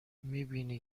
میبینی